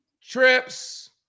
Trips